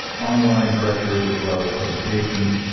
online directories, as well as publications,